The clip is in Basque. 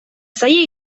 zaila